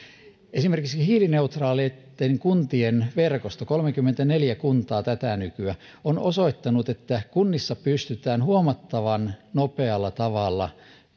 esimerkiksi hiilineutraaleitten kuntien verkosto kolmekymmentäneljä kuntaa tätä nykyä on osoittanut että kunnissa pystytään huomattavan nopealla tavalla